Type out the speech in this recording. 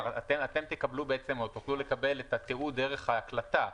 אתם תוכלו לקבל את התיעוד דרך ההקלטה,